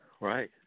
Right